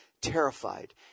terrified